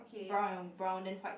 brown and brown then white